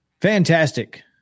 fantastic